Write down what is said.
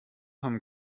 haben